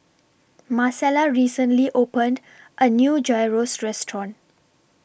Marcela recently opened A New Gyros Restaurant